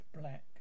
black